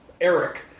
Eric